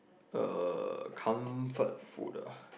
uh comfort food ah